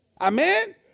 Amen